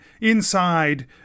Inside